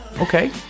Okay